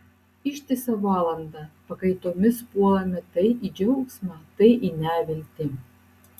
ištisą valandą pakaitomis puolame tai į džiaugsmą tai į neviltį